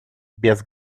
без